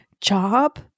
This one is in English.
job